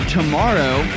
tomorrow